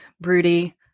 broody